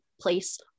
place